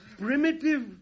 primitive